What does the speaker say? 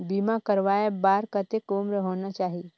बीमा करवाय बार कतेक उम्र होना चाही?